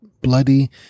bloody